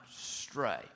stray